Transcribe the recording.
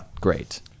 great